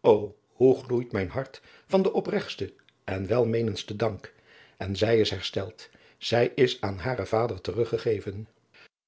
o hoe gloeit mijn hart van den opregtsten en welmeenendsten dank en zij is hersteld zij is aan haren vader teruggegeven